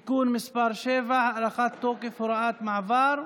(תיקון מס' 7) (הארכת תוקף הוראת מעבר),